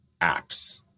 apps